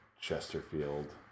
Chesterfield